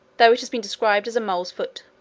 though it has been described as a mole's foot.